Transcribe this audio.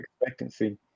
expectancy